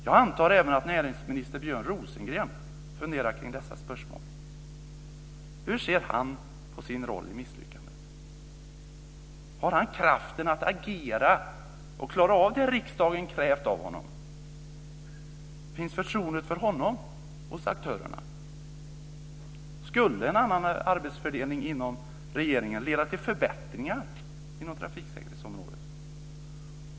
Jag antar även att näringsminister Björn Rosengren funderar kring dessa spörsmål. Hur ser han på sin roll i misslyckandet? Har han kraften att agera och klara av det riksdagen krävt av honom? Finns förtroendet för honom hos aktörerna? Skulle en annan arbetsfördelning inom regeringen leda till förbättringar inom trafiksäkerhetsområdet?